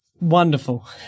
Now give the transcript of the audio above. Wonderful